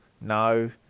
No